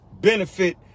benefit